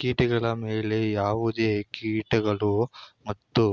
ಕೀಟಗಳ ಮೇಲೆ ಯಾವುದೇ ಕಿಣ್ವಗಳು ಮತ್ತು